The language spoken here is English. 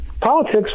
politics